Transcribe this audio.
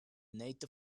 nato